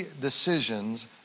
decisions